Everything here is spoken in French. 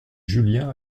julien